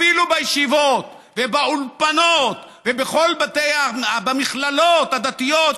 אפילו בישיבות ובאולפנות ובמכללות הדתיות,